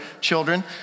children